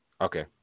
Okay